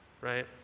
Right